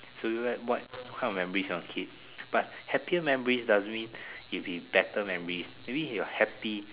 so you like what kind of memories you want to keep but happier memories doesn't mean it will be better memories maybe if you're happy